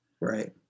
right